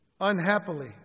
Unhappily